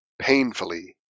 painfully